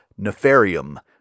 nefarium